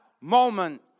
moment